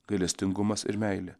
gailestingumas ir meilė